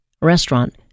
restaurant